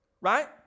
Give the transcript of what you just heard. right